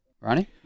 Ronnie